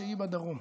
שהיא בדרום.